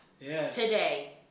today